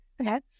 Okay